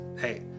hey